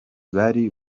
bari